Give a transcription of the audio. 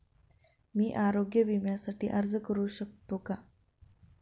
मी आरोग्य विम्यासाठी अर्ज करू शकतो का?